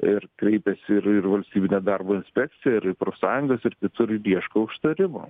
ir kreipiasi ir ir valstybinė darbo inspekcija ir profsąjungos ir kitur ieško užtarimo